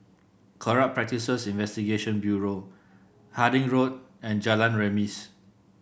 Corrupt Practices Investigation Bureau Harding Road and Jalan Remis